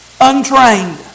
Untrained